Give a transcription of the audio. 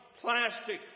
plastic